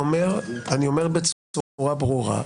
ואני אומר בצורה ברורה,